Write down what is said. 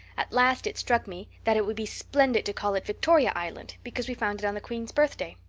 at last it struck me that it would be splendid to call it victoria island because we found it on the queen's birthday.